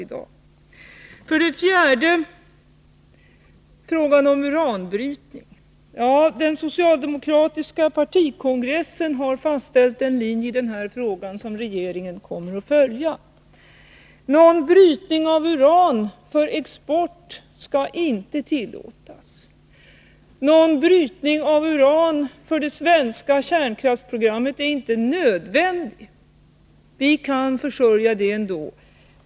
Så till frågan om uranbrytning. Den socialdemokratiska partikongressen har i den frågan fastställt en linje som regeringen kommer att följa. Någon brytning av uran för export skall inte tillåtas. Någon brytning av uran för det svenska kärnkraftsprogrammet är inte nödvändig — vi kan försörja det ändå.